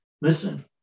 listen